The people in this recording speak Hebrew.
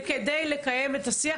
זה כדי לקיים את השיח,